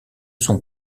son